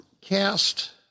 cast